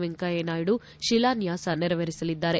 ವೆಂಕಯ್ಯನಾಯ್ದು ಶಿಲಾನ್ಯಾಸ ನೆರವೇರಿಸಲಿದ್ದಾರೆ